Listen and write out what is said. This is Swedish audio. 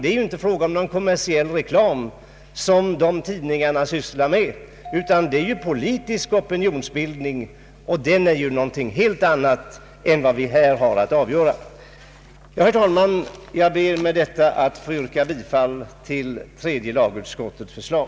De tidningarna sysslar ju inte med kommersiell reklam utan politisk opinionsbildning, som är någonting helt annat än vad vi i detta ärende har att syssla med. Jag ber, herr talman, med detta att få yrka bifall till tredje lagutskottets förslag.